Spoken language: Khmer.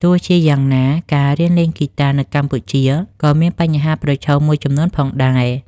ទោះជាយ៉ាងណា ការរៀនលេងហ្គីតានៅកម្ពុជាក៏មានបញ្ហាប្រឈមមួយចំនួនផងដែរ។